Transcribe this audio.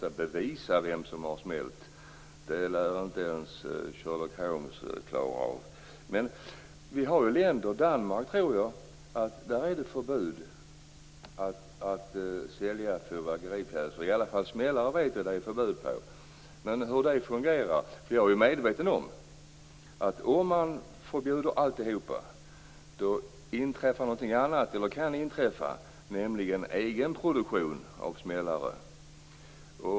Att bevisa vem som har fyrat av smällarna lär inte ens Sherlock Holmes klara av. I Danmark råder förbud att sälja i alla fall smällare. Men hur fungerar det? Jag är medveten om att om allt blir förbjudet inträffar något annat, nämligen egenproduktion av smällare.